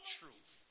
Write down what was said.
truth